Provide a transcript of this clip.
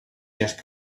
just